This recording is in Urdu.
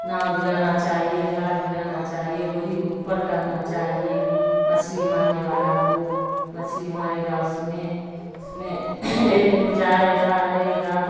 ناؤ گرانا چاہیے جہاز گرانا چاہیے گورھی کو اوپر کرنا چاہیے مچھلی مارنے والا کو مچھلی مارے گا اس میں اس میں ہیل کو جائے گا رہے گا